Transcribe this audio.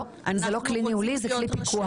לא, זה לא כלי ניהולי, זה כלי פיקוח.